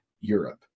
Europe